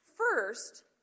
First